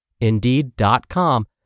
Indeed.com